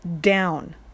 down